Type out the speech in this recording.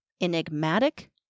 enigmatic